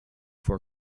for